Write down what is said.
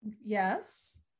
Yes